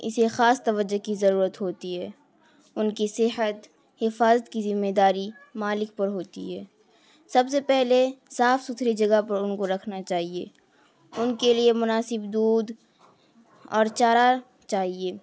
اسے خاص توجہ کی ضرورت ہوتی ہے ان کی صحت حفاظت کی ذمہ داری مالک پر ہوتی ہے سب سے پہلے صاف ستھری جگہ پر ان کو رکھنا چاہیے ان کے لیے مناسب دودھ اور چارہ چاہیے